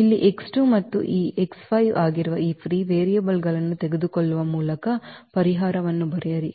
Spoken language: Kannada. ಇಲ್ಲಿ ಮತ್ತು ಈ ಆಗಿರುವ ಈ ಫ್ರೀ ವೇರಿಯಬಲ್ ಗಳನ್ನು ತೆಗೆದುಕೊಳ್ಳುವ ಮೂಲಕ ಪರಿಹಾರವನ್ನು ಬರೆಯಿರಿ